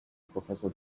professor